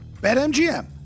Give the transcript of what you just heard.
BetMGM